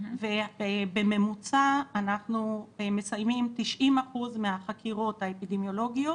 בממוצע אנחנו מסיימים 90% מהחקירות האפידמיולוגיות